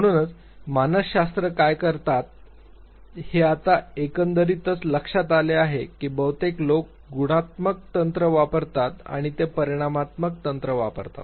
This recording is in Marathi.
म्हणूनच मानसशास्त्रज्ञ काय करतात हे आता एकंदरीतच लक्षात आले आहे की बहुतेक लोक गुणात्मक तंत्र वापरतात किंवा ते परिमाणात्मक तंत्र वापरतात